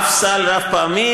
אף סל רב-פעמי,